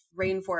rainforest